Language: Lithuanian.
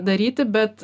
daryti bet